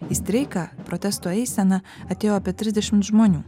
į streiką protesto eiseną atėjo apie trisdešimt žmonių